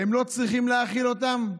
הן לא צריכות להאכיל אותם?